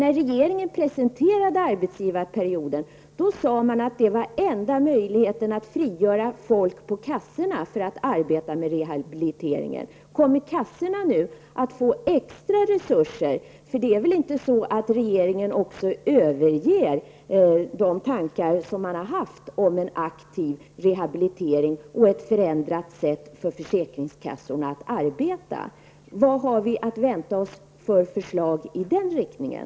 När regeringen presenterade förslaget om arbetsgivarperioden sade man att detta var den enda möjligheten att frigöra anställda hos försäkringskassorna för att arbeta med rehabiliteringen. Kommer försäkringskassorna nu att få extra resurser? Det är väl inte så, att regeringen också överger de tankar man haft om en aktiv rehabilitering och ett förändrat arbetssätt för försäkringskassorna? Vilka förslag har vi att vänta oss i den riktningen?